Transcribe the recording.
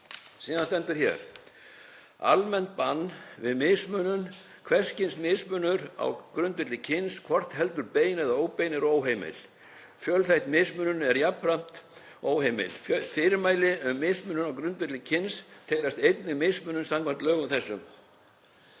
Síðan stendur hér um almennt bann við mismunun: „Hvers kyns mismunun á grundvelli kyns, hvort heldur bein eða óbein, er óheimil. Fjölþætt mismunun er jafnframt óheimil. Fyrirmæli um mismunun á grundvelli kyns teljast einnig mismunun samkvæmt lögum þessum.“